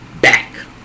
back